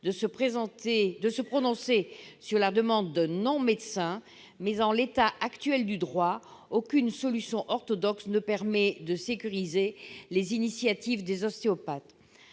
de se prononcer sur la demande d'un non-médecin. En l'état actuel du droit, aucune solution orthodoxe ne permet de sécuriser les initiatives des ostéopathes.